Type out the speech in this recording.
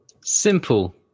simple